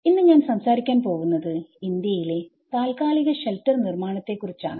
ഇന്ന് ഞാൻ സംസാരിക്കാൻ പോവുന്നത് ഇന്ത്യ യിലെ താൽക്കാലിക ഷെൽട്ടർ നിർമാണത്തെ കുറിച്ചാണ്